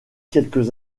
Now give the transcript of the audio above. quelques